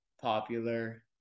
popular